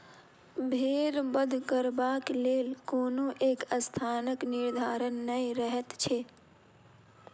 भेंड़ बध करबाक लेल कोनो एक स्थानक निर्धारण नै रहैत छै